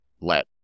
let